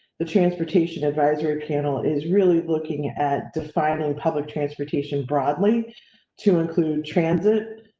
the transportation advisory panel is really looking at defining public transportation broadly to include transit.